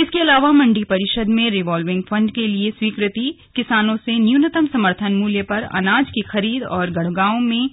इसके अलावा मंडी परिषद में रिवोल्विंग फण्ड स्वीकृति किसानों से न्यूनतम समर्थन मूल्य पर अनाज की खरीद गढ़गांव में